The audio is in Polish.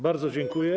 Bardzo dziękuję.